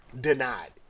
denied